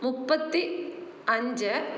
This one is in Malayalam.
മുപ്പത്തി അഞ്ച്